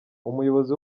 umuyobozi